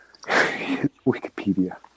Wikipedia